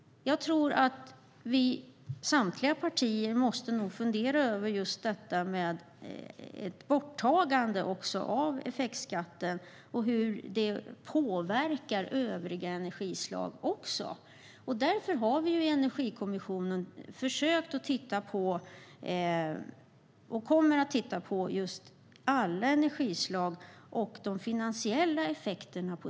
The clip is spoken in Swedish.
Samtliga partier måste nog fundera över ett borttagande av effektskatten och hur det påverkar övriga energislag. Därför kommer vi i Energikommissionen att titta på alla energislag och de finansiella effekterna.